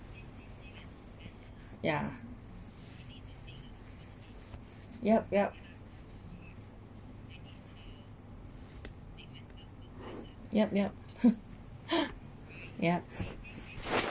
yeah yup yup yup yup yup